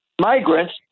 migrants